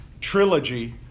trilogy